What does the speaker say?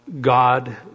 God